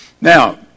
Now